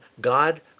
God